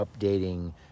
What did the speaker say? updating